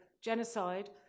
genocide